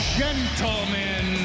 gentlemen